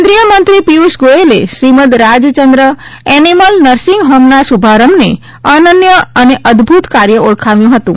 કેન્દ્રિય મંત્રી પિયુષ ગોયલે શ્રીમદ રાજચંદ્ર એનિમલ નર્સિંગ હોમના શુભારંભને અનન્ય અને અદભુત કાર્ય ઓળખાવ્યું હતું